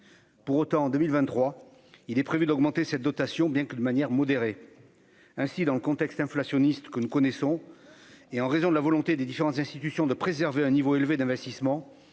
pour autant en 2023, il est prévu d'augmenter cette dotation, bien que de manière modérée ainsi dans le contexte inflationniste que nous connaissons et en raison de la volonté des différentes institutions de préserver un niveau élevé d'investissement,